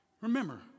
remember